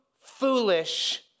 foolish